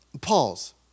Pause